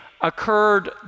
occurred